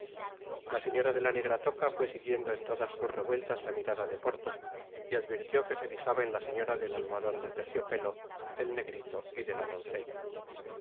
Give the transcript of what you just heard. la señora de la negra toca fué siguiendo en todas sus revueltas la mirada de porthos y advirtió que se fijaba en la señora del almohadon de terciopelo del negrito y de la doncella